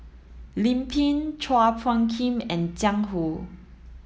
Lim Pin Chua Phung Kim and Jiang Hu